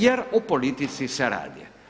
Jer o politici se radi.